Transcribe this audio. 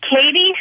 Katie